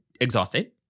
exhausted